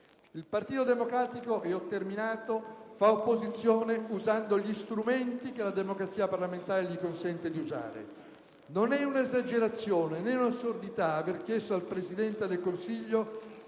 Il Partito Democratico - e ho terminato - fa opposizione usando gli strumenti che la democrazia parlamentare gli consente di usare. Non è un'esagerazione, né un assurdità aver chiesto al Presidente del Consiglio